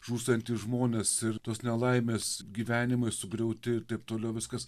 žūstantys žmonės ir tos nelaimės gyvenimai sugriauti ir taip toliau viskas